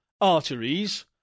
arteries